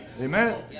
Amen